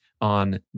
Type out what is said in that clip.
on